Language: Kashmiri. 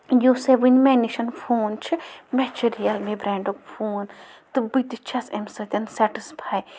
یُس سا وٕنۍ مےٚ نِشَن فون چھِ مےٚ چھِ رِیَل می برٛینٛڈُک فون تہٕ بہٕ تہِ چھَس أمۍ سۭتۍ سٮ۪ٹٕسفاے